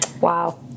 Wow